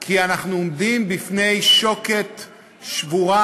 כי אנחנו עומדים בפני שוקת שבורה,